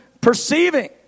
perceiving